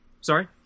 Sorry